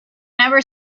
never